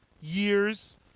years